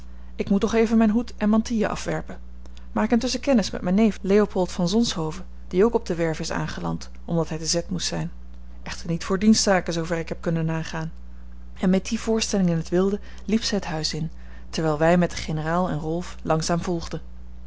ik moet toch even mijn hoed en mantille afwerpen maak intusschen kennis met mijn neef leopold van zonshoven die ook op de werve is aangeland omdat hij te z moest zijn echter niet voor dienstzaken zoover ik heb kunnen nagaan en met die voorstelling in t wilde liep zij het huis in terwijl wij met den generaal en rolf langzaam volgden